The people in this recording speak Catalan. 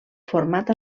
format